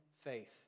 faith